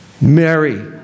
Mary